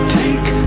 take